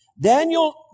daniel